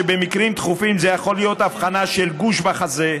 שבמקרים דחופים זו יכולה להיות אבחנה של גוש בחזה,